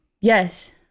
Yes